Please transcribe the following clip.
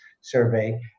Survey